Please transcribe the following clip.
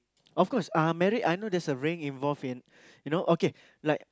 of course uh married I know there's a ring involved in you know okay